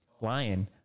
Lion